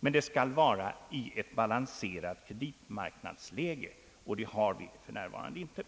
Men det skall vara i ett balanserat kreditmarknadsläge, och det har vi för närvarande inte.